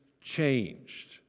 changed